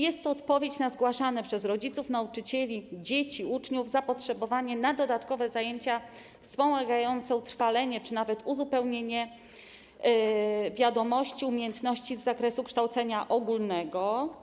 Jest to odpowiedź na zgłaszane przez rodziców, nauczycieli, dzieci, uczniów zapotrzebowanie na dodatkowe zajęcia wspomagające utrwalenie czy nawet uzupełnienie wiadomości, umiejętności z zakresu kształcenia ogólnego.